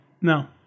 No